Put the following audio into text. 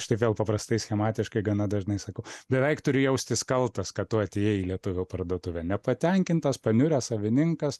štai vėl paprastai schematiškai gana dažnai sakau beveik turi jaustis kaltas kad tu atėjai į lietuvių parduotuvę nepatenkintas paniuręs savininkas